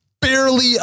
barely